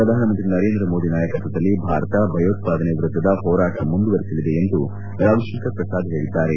ಪ್ರಧಾನಮಂತ್ರಿ ನರೇಂದ್ರ ಮೋದಿ ನಾಯಕತ್ವದಲ್ಲಿ ಭಾರತ ಭಯೋತ್ಪಾದನೆ ವಿರುದ್ಧದ ಹೋರಾಟ ಮುಂದುವರಿಸಲಿದೆ ಎಂದು ರವಿಶಂಕರ್ ಪ್ರಸಾದ್ ಹೇಳಿದ್ದಾರೆ